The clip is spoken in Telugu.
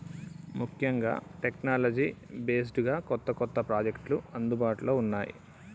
ముఖ్యంగా టెక్నాలజీ బేస్డ్ గా కొత్త కొత్త ప్రాజెక్టులు అందుబాటులో ఉన్నాయి